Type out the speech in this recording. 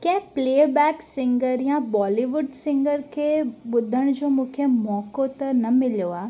कंहिं playback singer या Bollywood singer खे ॿुधण जो मूंखे मौको त न मिलियो आहे